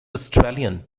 australian